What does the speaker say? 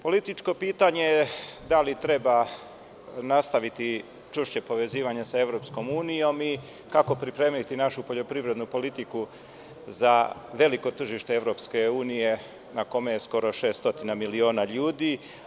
Političko pitanje je da li treba nastaviti čvrsto povezivanje sa EU i kako pripremiti našu poljoprivrednu politiku za veliko tržište EU na kome je skoro 600 miliona ljudi.